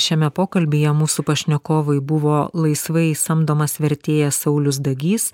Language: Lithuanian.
šiame pokalbyje mūsų pašnekovui buvo laisvai samdomas vertėjas saulius dagys